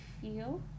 feel